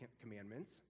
commandments